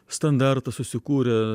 standartą susikūrė